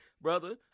brother